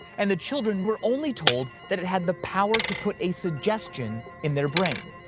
and the children were only told that it had the power to put a suggestion in their brain,